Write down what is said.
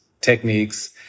techniques